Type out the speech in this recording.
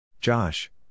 Josh